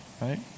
right